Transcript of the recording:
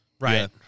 right